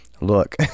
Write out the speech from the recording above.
look